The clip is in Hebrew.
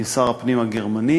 עם שר הפנים הגרמני,